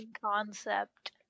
concept